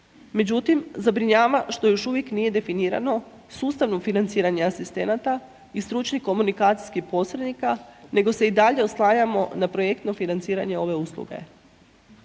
Međutim, zabrinjava što još uvijek nije definirano sustavno financiranje asistenata i stručnih komunikacijskih posrednika, nego se i dalje oslanjamo na projektno financiranje ove usluge.